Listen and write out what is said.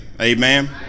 Amen